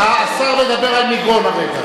השר מדבר על מגרון הרגע.